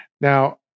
Now